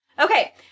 Okay